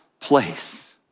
place